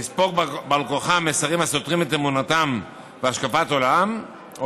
"לספוג בעל כורחם מסרים הסותרים את אמונתם והשקפת עולמם.